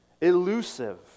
elusive